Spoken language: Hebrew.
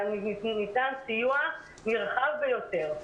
ניתן סיוע נרחב ביותר.